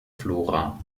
flora